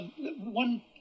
one